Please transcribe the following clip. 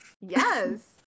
Yes